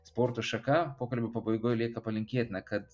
sporto šaka pokalbio pabaigoj lieka palinkėt na kad